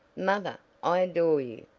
mother, i adore you!